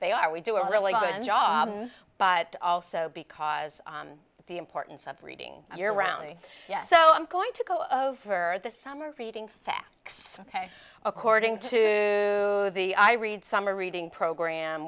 they are we do a really good job but also because of the importance of reading your round yes so i'm going to go for the summer reading facts ok according to the i read summer reading program